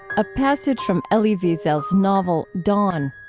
a passage from elie wiesel's novel dawn.